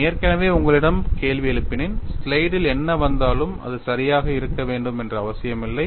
நான் ஏற்கனவே உங்களிடம் கேள்வி எழுப்பினேன் ஸ்லைடில் என்ன வந்தாலும் அது சரியாக இருக்க வேண்டும் என்று அவசியமில்லை